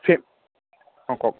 frame অঁ কওক